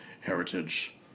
heritage